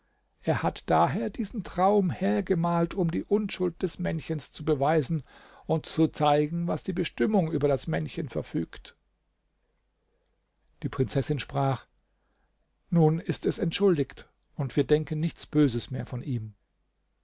er hat daher diesen traum hergemalt um die unschuld des männchens zu beweisen und zu zeigen was die bestimmung über das männchen verfügt die prinzessin sprach nun ist es entschuldigt und wir denken nichts böses mehr von ihm